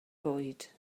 bwyd